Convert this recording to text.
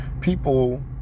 people